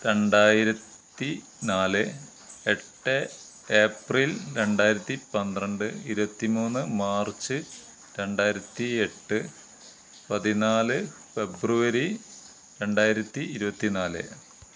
രണ്ടായിരത്തി നാല് എട്ട് ഏപ്രില് രണ്ടായിരത്തി പന്ത്രണ്ട് ഇരുപത്തി മൂന്ന് മാര്ച്ച് രണ്ടായിരത്തി എട്ട് പതിനാല് ഫെബ്രുവരി രണ്ടായിരത്തി ഇരുപത്തി നാല്